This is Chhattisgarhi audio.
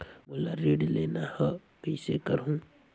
मोला ऋण लेना ह, कइसे करहुँ?